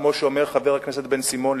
כמו שאומר חבר הכנסת בן-סימון,